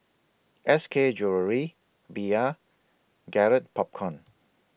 S K A Jewellery Bia Garrett Popcorn